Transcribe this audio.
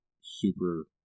super